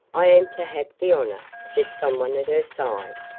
i am to have the honor, said someone at her side,